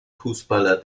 fußballer